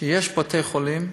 שיש בתי-חולים,